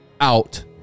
out